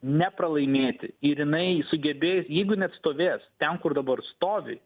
nepralaimėti ir jinai sugebėjo jeigu jinai atstovės ten kur dabar stovi